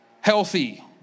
healthy